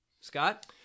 Scott